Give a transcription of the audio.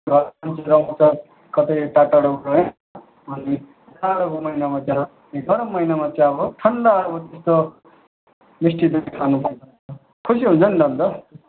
आउँछ कतै टाढोटाढोको है अनि जाडोको महिनामा तिर ए गरम महिनामा चाहिँ अब ठन्डा हो त्यस्तो मिस्टी दही खानु पाउँदा त खुसी हुन्छ नि त अन्त